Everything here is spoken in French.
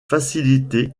facilité